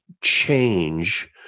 change